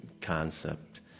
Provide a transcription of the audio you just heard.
concept